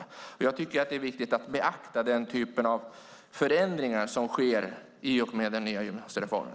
Jag tycker att det är viktigt att beakta denna typ av förändringar som sker i och med den nya gymnasiereformen.